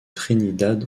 trinidad